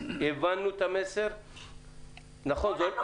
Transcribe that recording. הבנו את המסר --- תנו לנו לעבוד.